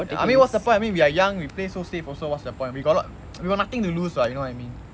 I mean what's the point I mean we are young we play so safe also what's the point we got we got nothing to lose [what] you know what I mean